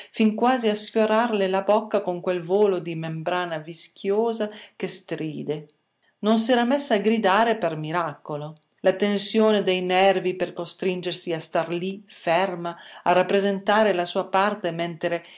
fin quasi a sfiorarle la bocca con quel volo di membrana vischiosa che stride non s'era messa a gridare per miracolo la tensione dei nervi per costringersi a star lì ferma a rappresentare la sua parte mentre